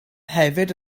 hefyd